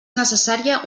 necessària